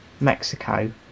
mexico